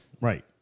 Right